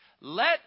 Let